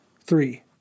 three